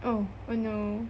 oh oh no